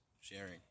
Sharing